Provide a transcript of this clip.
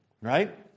right